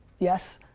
yes,